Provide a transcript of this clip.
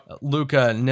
Luca